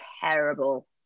terrible